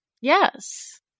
Yes